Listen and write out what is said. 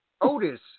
Otis